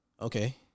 Okay